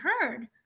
heard